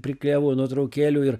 priklijavau nuotraukėlių ir